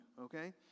Okay